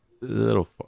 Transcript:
little